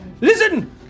Listen